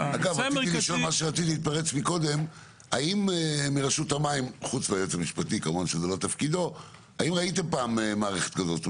רציתי לשאול קודם את רשות המים האם ראיתם פעם מערכת כזאת,